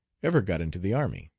ever got into the army.